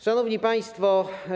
Szanowni Państwo!